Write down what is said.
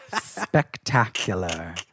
Spectacular